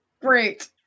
Great